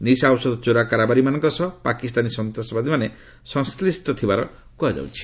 ନିଶା ଔଷଧ ଚୋରା କାରବାରୀମାନଙ୍କ ସହ ପାକିସ୍ତାନୀ ସନ୍ତାସବାଦୀମାନେ ସଂଶ୍ରିଷ୍ଟ ଥିବାର କୁହାଯାଉଛି